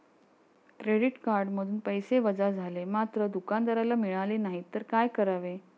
Credit कार्डमधून पैसे वजा झाले मात्र दुकानदाराला मिळाले नाहीत तर काय करावे?